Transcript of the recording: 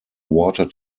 water